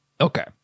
Okay